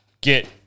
get